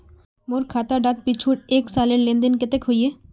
मोर खाता डात पिछुर एक सालेर लेन देन कतेक होइए?